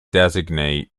designate